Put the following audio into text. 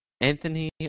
Anthony